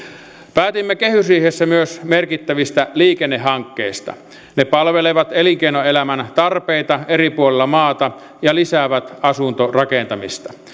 päätimme kehysriihessä myös merkittävistä liikennehankkeista ne palvelevat elinkeinoelämän tarpeita eri puolilla maata ja lisäävät asuntorakentamista